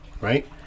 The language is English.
right